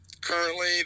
currently